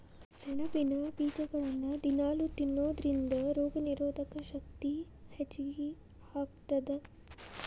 ಸೆಣಬಿನ ಬೇಜಗಳನ್ನ ದಿನಾಲೂ ತಿನ್ನೋದರಿಂದ ರೋಗನಿರೋಧಕ ಶಕ್ತಿ ಹೆಚ್ಚಗಿ ಆಗತ್ತದ